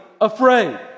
afraid